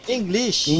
English